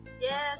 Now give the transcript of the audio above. Yes